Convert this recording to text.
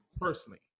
personally